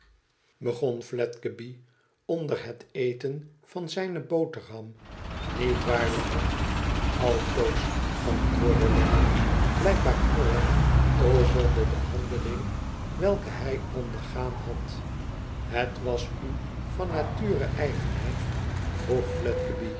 begon fiedgeby onder het eten van zijne boterham niet waar lammie altoos antwoordde lammie blijkbaar knorrig over de behandeling welke hij ondergaan had het was u van nature eigen hé